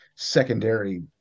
secondary